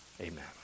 amen